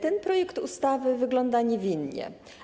Ten projekt ustawy wygląda niewinnie.